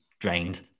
drained